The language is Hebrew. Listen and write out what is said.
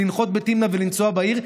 לנחות בתמנע ולנסוע בעיר,